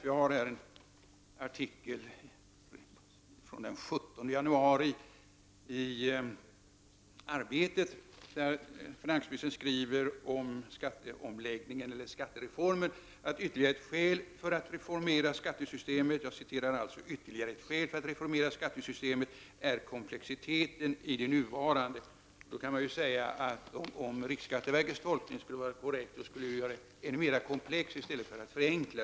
Jag har en artikel från den 17 januari i tidningen Arbetet, där finansministern skriver om skattereformen: ”Ytterligare ett skäl för att reformera skattesystemet är komplexiteten i det nuvarande.” Då kan man säga att om riksskatteverkets tolkning skulle vara korrekt, skulle skattesystemet bli ännu mera komplext i stället för förenklat.